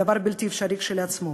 דבר בלתי אפשרי כשלעצמו.